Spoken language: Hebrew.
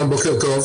בוקר טוב.